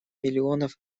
миллионов